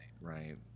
Right